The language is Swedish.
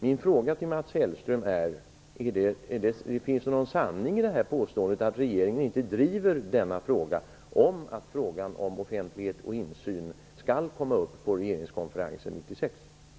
Min fråga till Mats Hellström är: Finns det någon sanning i påståendet att regeringen inte driver detta att frågan om offentlighet och insyn skall komma upp på regeringskonferensen 1996?